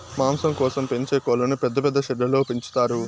మాంసం కోసం పెంచే కోళ్ళను పెద్ద పెద్ద షెడ్లలో పెంచుతారు